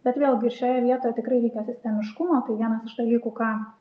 bet vėlgi ir šioje vietoje tikrai reikia sistemiškumo tai vienas iš dalykų ką